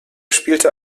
spielte